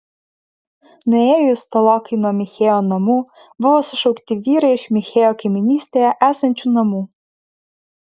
nuėjus tolokai nuo michėjo namų buvo sušaukti vyrai iš michėjo kaimynystėje esančių namų